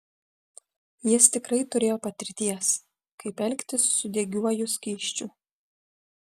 jis tikrai turėjo patirties kaip elgtis su degiuoju skysčiu